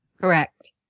Correct